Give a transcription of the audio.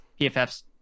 PFF's